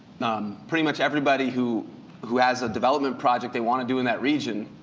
pretty much everybody who who has a development project they want to do in that region,